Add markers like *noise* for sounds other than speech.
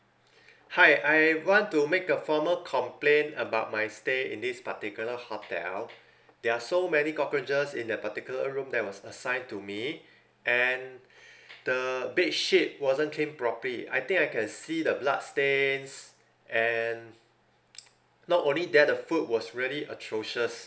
hi I want to make a formal complaint about my stay in this particular hotel there are so many cockroaches in the particular room there was assigned to me and the bed sheet wasn't cleaned properly I think I can see the blood stains and *noise* not only that the food was really atrocious